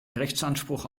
rechtsanspruch